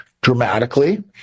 dramatically